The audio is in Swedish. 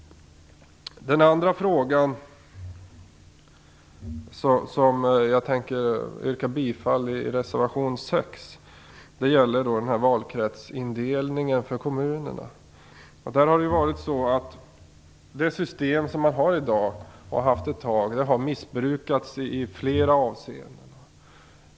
Den andra reservationen, som jag tänker yrka bifall till, är reservation 6. Den gäller valkretsindelningen för kommunerna. Det system som man har och har haft ett tag har missbrukats i flera avseenden.